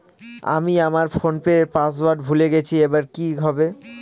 আমি আমার ফোনপের পাসওয়ার্ড ভুলে গেছি এবার কি হবে?